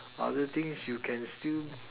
other things you can still